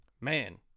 man